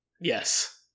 Yes